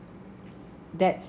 that's